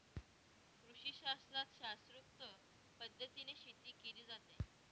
कृषीशास्त्रात शास्त्रोक्त पद्धतीने शेती केली जाते